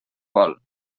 vol